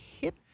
hit